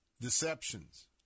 deceptions